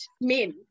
men